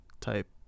type